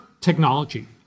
technology